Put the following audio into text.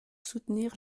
soutenir